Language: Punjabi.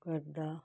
ਕਰਦਾ